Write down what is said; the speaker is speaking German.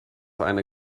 eine